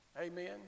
Amen